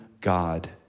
God